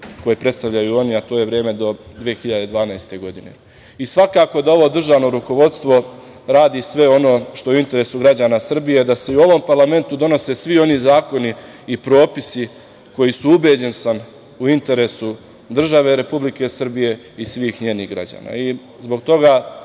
koje predstavljaju oni, a to je vreme do 2012. godine. Svakako da ovo državno rukovodstvo radi sve ono što je u interesu građana Srbije, da se i u ovom parlamentu donose svi oni zakoni i propisi koji su, ubeđen sam, u interesu države Republike Srbije i svih njenih građana.